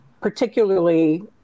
particularly